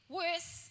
worse